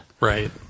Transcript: Right